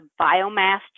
biomass